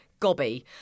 gobby